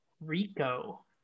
rico